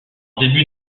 début